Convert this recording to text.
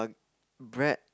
bread